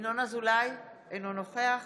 אינו נוכח